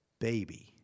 baby